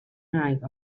night